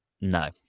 No